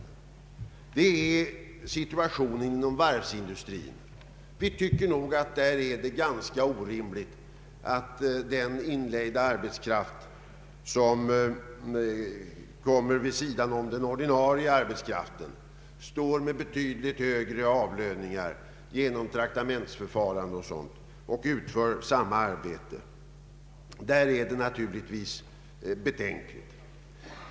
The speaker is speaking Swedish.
Sådan är situationen inom varvsindustrin. Vi tycker att det är ganska orimligt att den inlejda arbetskraften där genom traktamentsförfarande m.m. har betydligt högre avlöningar för samma arbete än den ordinarie arbetskraften. Där är det naturligtvis betänkligt.